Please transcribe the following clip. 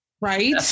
Right